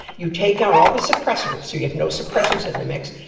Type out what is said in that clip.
you take out all the suppressors, so you have no suppressors in the mix,